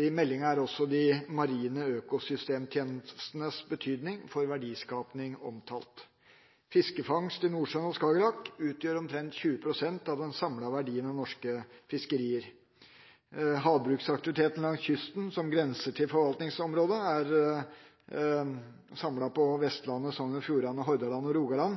I meldinga er også de marine økosystemtjenestenes betydning for verdiskaping omtalt. Fiskefangst i Nordsjøen og Skagerrak utgjør omtrent 20 pst. av den samlede verdien av norske fiskerier. Havbruksaktiviteten langs kysten som grenser til forvaltningsplanområdet, er samlet på Vestlandet. Sogn og Fjordane, Hordaland og Rogaland